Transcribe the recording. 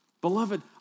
Beloved